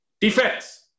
defense